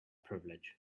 privilege